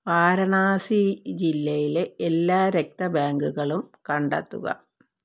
വാരണാസി ജില്ലയിലെ എല്ലാ രക്ത ബാങ്കുകളും കണ്ടെത്തുക